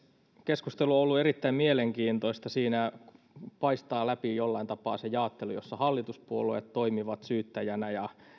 keskustelu on ollut erittäin mielenkiintoista siinä paistaa läpi jollain tapaa se jaottelu jossa hallituspuolueet toimivat syyttäjänä ja